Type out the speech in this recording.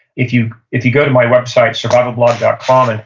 if you if you go to my website, survivalblog dot com, and